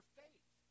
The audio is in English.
faith